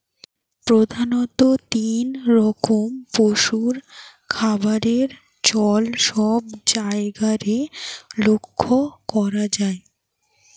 প্রধাণত তিন রকম পশুর খাবারের চল সব জায়গারে লক্ষ করা যায়